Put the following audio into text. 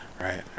right